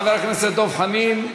חבר הכנסת דב חנין.